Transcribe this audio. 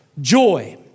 Joy